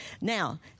Now